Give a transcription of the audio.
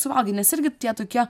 suvoki nes irgi tie tokie